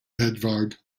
edvard